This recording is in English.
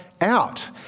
out